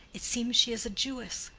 it seems she is a jewess,